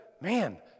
man